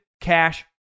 Cash